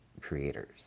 creators